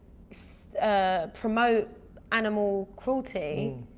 so ah promote animal cruelty.